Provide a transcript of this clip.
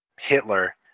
Hitler